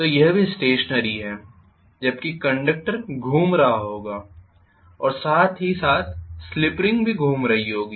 तो यह भी स्टेशनरी है जबकि कंडक्टर घूम रहा होगा और साथ ही साथ स्लिप रिंग भी घूम रही होंगी